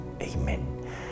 Amen